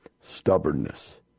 stubbornness